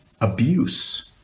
abuse